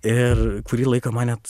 ir kurį laiką man net